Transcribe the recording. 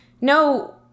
no